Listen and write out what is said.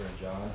John